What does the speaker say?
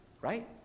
right